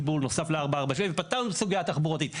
חיבור נוסף של העיר ל-446 ופתרנו את הסוגיה התחבורתית.